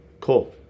Cool